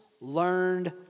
learned